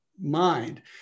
mind